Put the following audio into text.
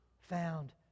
found